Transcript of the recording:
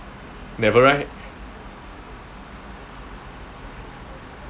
never right